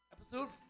Episode